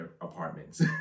apartments